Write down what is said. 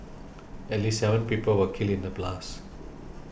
at least seven people were killed in the blasts